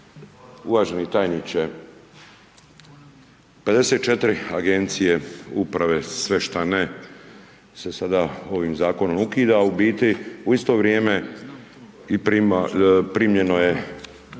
uvaženi tajniče. 54 Agencije, uprave, sve šta ne, se sada ovim Zakonom ukida, u biti u isto vrijeme i primljeno je